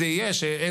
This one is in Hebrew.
בהתחלה היה שקט.